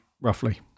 roughly